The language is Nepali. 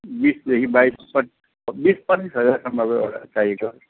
बिसदेखि बाइस पच बिस पच्चिस हजारसम्मको एउटा चाहिएको छ हौ